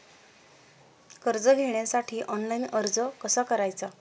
कर्ज घेण्यासाठी ऑनलाइन अर्ज कसा करायचा?